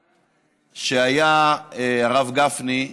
שהיה, הרב גפני,